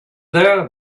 there